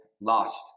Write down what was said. lost